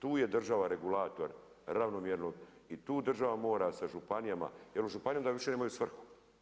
Tu je država regulator ravnomjernog i tu država mora sa županijama, jer županije onda više nemaju svrhu.